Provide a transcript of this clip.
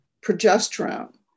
progesterone